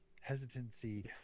hesitancy